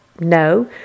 No